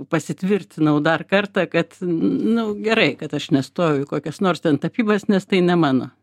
pasitvirtinau dar kartą kad nu gerai kad aš nestojau į kokias nors ten tapybas nes tai ne mano